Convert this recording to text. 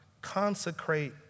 consecrate